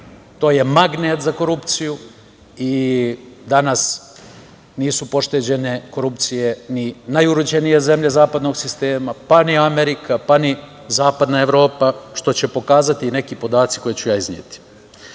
To je magnet za korupciju i danas nisu pošteđene korupcije ni najuređenije zemlje zapadnog sistema, pa ni Amerika, ni zapadna Evropa, što će pokazati neki podaci koje ću izneti. Svakako